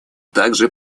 также